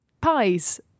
pies